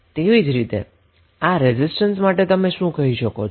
તેવી જ રીતે આ રેઝિસ્ટન્સ માટે તમે શું કહી શકો છો